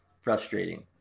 frustrating